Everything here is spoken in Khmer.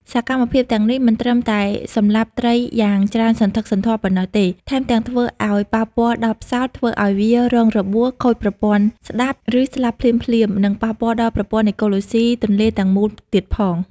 សកម្មភាពទាំងនេះមិនត្រឹមតែសម្លាប់ត្រីយ៉ាងច្រើនសន្ធឹកសន្ធាប់ប៉ុណ្ណោះទេ ថែមទាំងធ្វើឲ្យប៉ះពាល់ដល់ផ្សោត ធ្វើឲ្យវារងរបួស ខូចប្រព័ន្ធស្តាប់ ឬស្លាប់ភ្លាមៗ និងប៉ះពាល់ដល់ប្រព័ន្ធអេកូឡូស៊ីទន្លេទាំងមូលទៀតផង។